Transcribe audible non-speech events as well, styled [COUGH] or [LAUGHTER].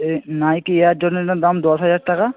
এই Nike air [UNINTELLIGIBLE] দাম দশ হাজার টাকা